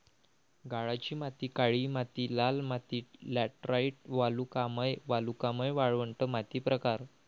गाळाची माती काळी माती लाल माती लॅटराइट वालुकामय वालुकामय वाळवंट माती प्रकार